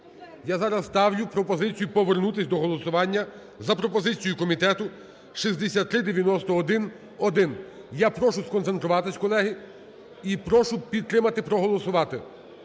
Я зараз ставлю пропозицію повернутися до голосування за пропозицію комітету 6391-1. Я прошу сконцентруватися, колеги, і прошу підтримати, проголосувати.